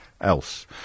else